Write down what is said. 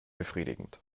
befriedigend